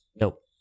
Nope